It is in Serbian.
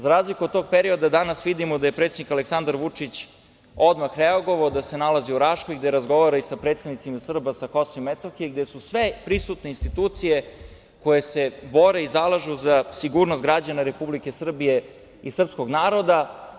Za razliku od tog perioda, danas vidimo da je predsednik Aleksandar Vučić odmah reagovao, da se nalazi u Raškoj, gde razgovara sa predstavnicima Srba sa KiM, gde su sve prisutne institucije koje se bore i zalažu za sigurnost građana Republike Srbije i srpskog naroda.